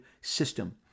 system